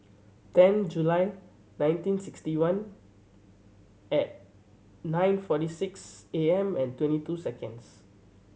ten July nineteen sixty one at nine forty six A M and twenty two seconds